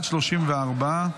34 בעד,